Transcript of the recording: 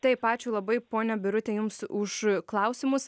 taip ačiū labai ponia birute jums už klausimus